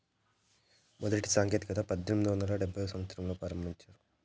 మొదటి సాంకేతికత పద్దెనిమిది వందల డెబ్భైవ సంవచ్చరంలో ప్రారంభించారు